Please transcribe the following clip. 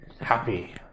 Happy